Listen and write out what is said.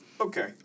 Okay